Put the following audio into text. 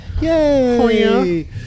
yay